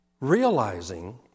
realizing